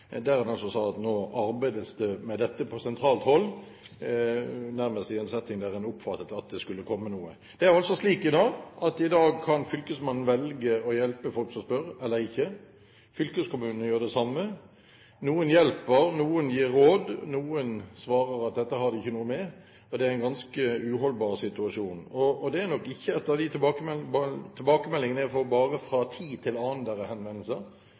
der en altså sa at nå arbeides det med dette på sentralt hold, nærmest i en setting der en oppfattet at det skulle komme noe. Det er altså slik at i dag kan fylkesmannen velge å hjelpe folk som spør eller ikke. Fylkeskommunene gjør det samme. Noen hjelper, noen gir råd, noen svarer at dette har de ikke noe med, og det er en ganske uholdbar situasjon. Det er nok ikke, etter de tilbakemeldingene jeg får, bare fra tid til annen det er henvendelser.